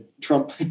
Trump